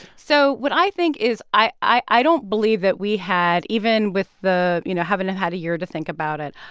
so what i think is i i don't believe that we had even with the, you know, having had a year to think about it,